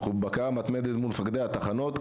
אנחנו בבקרה מתמדת מול מפקדי התחנות.